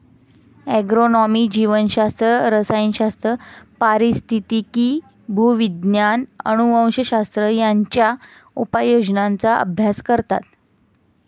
agronomy जीवशास्त्र, रसायनशास्त्र, पारिस्थितिकी, भूविज्ञान, अनुवंशशास्त्र यांच्या उपयोजनांचा अभ्यास करतात